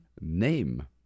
name